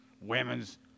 women's